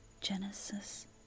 Genesis